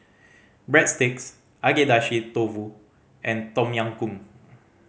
Breadsticks Agedashi Dofu and Tom Yam Goong